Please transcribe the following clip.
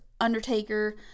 Undertaker